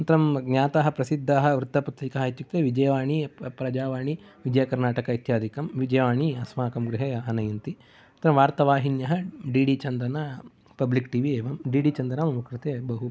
अनन्तरं ज्ञातः प्रसिद्धः वृत्तपत्रिका इत्युक्ते विजयवाणी प्रजावाणी जयकर्नाटक इत्यादिकं विजयवाणी अस्माकं गृहे आनयन्ति तत्र वार्तावाहिन्यः D D Chandana public T V एवं डी डी चन्दन अमू कृते बहुप्रियः